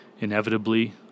inevitably